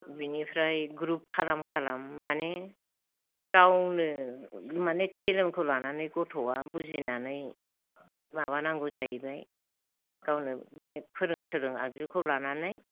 बेनिफ्राय ग्रुप खालाम खालाम माने गावनो माने ति एल एम खौ लानानै गथ'आ बुजिनानै माबानांगौ जाहैबाय गावनो बे फोरों आगजुखौ लानानै